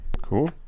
cool